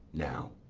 now,